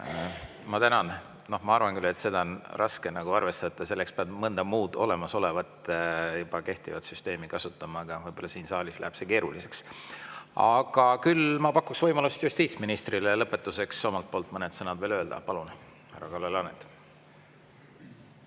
Ma tänan! Ma arvan küll, et seda on raske arvesse võtta. Selleks pead mõnda muud juba olemasolevat, juba kehtivat süsteemi kasutama, aga võib-olla siin saalis läheb see keeruliseks. Aga küll ma pakun võimalust justiitsministrile lõpetuseks omalt poolt mõned sõnad veel öelda. Palun, härra Kalle Laanet!